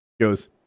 goes